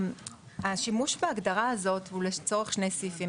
השימוש בהגדרה הזאת הוא לצורך שני סעיפים.